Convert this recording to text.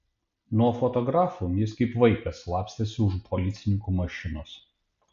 nuo fotografų jis kaip vaikas slapstėsi už policininkų mašinos